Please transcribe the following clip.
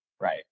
Right